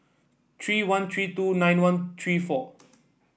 three one three two nine one three four